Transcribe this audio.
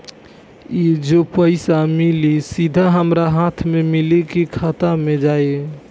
ई जो पइसा मिली सीधा हमरा हाथ में मिली कि खाता में जाई?